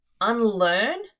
unlearn